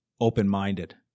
open-minded